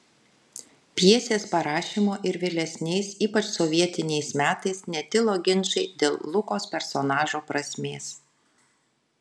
pjesės parašymo ir vėlesniais ypač sovietiniais metais netilo ginčai dėl lukos personažo prasmės